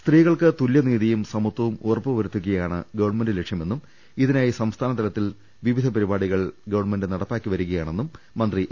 സ്ത്രീകൾക്ക് തുല്യനീതിയും സമത്വവും ഉറപ്പുവരുത്തുകയാണ് ഗവർണമെന്റ് ലക്ഷ്യമെന്നും ഇതിനായി സംസ്ഥാനതലതത്തിൽ വിവിധപരിപാടികൾ ഗവൺമെന്റ് നടപ്പാക്കി വരികയാണെന്നും മന്ത്രി എ